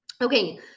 Okay